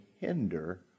hinder